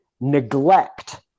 neglect